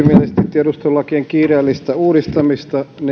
tiedustelulakien kiireellistä uudistamista niin kuin